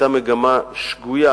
בלי להטיל דופי באף אדם שאני לא מכיר.